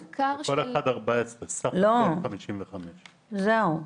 בכל אחד יש 14. בסך הכל יש 56. לא, זהו.